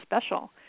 special